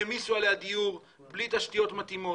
העמיסו עליה דיור בלי תשתיות מתאימות